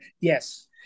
Yes